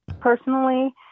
personally